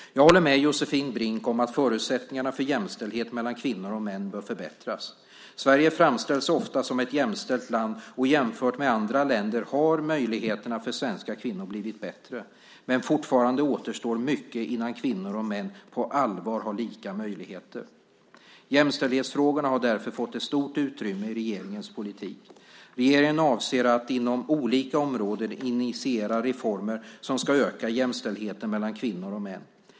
Jag håller med Josefin Brink om att förutsättningarna för jämställdhet mellan kvinnor och män bör förbättras. Sverige framställs ofta som ett jämställt land, och jämfört med andra länder har möjligheterna för svenska kvinnor blivit bättre. Men fortfarande återstår mycket innan kvinnor och män på allvar har lika möjligheter. Jämställdhetsfrågorna har därför fått ett stort utrymme i regeringens politik. Regeringen avser att inom olika områden initiera reformer som ska öka jämställdheten mellan kvinnor och män.